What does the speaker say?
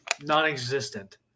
non-existent